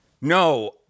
no